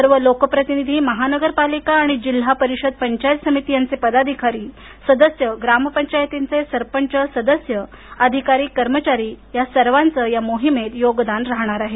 सर्व लोकप्रतिनिधी महानगरपालिका आणि जिल्हा परिषद पंचायत समिती यांचे पदाधिकारी सदस्य ग्रामपंचायतींचे सरपंच सदस्य अधिकारी कर्मचारी सर्वांचं या मोहिमेत योगदान राहणार आहे